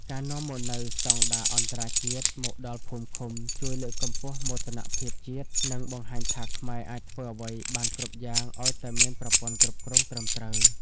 ការនាំមកនូវ "ស្ដង់ដារអន្តរជាតិ" មកដល់ភូមិឃុំ ជួយលើកកម្ពស់មោទនភាពជាតិ និងបង្ហាញថាខ្មែរអាចធ្វើអ្វីបានគ្រប់យ៉ាងឱ្យតែមានប្រព័ន្ធគ្រប់គ្រងត្រឹមត្រូវ។